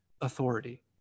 authority